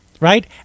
right